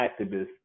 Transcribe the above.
activist